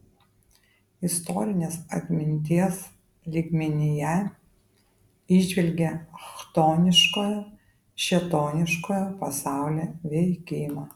istorinės atminties lygmenyje įžvelgė chtoniškojo šėtoniškojo pasaulio veikimą